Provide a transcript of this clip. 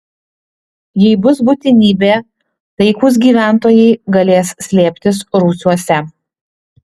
jei bus būtinybė taikūs gyventojai galės slėptis rūsiuose